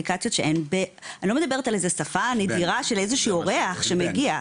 אני לא מדברת על שפה נדירה של אורח שמגיע,